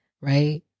Right